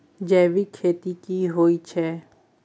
जैविक खेती की होए छै?